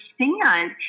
understand